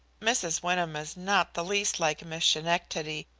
mrs. wyndham is not the least like miss schenectady.